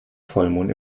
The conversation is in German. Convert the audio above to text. vollmond